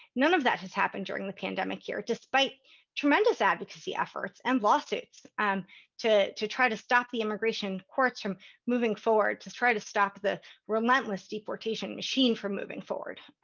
none of that has happened during the pandemic here, despite tremendous advocacy efforts and lawsuits um to to try to stop the immigration courts from moving forward, to try to stop the relentless deportation machine from moving forward.